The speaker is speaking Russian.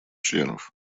членов